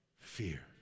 fear